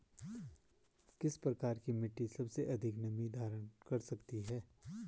किस प्रकार की मिट्टी सबसे अधिक नमी धारण कर सकती है?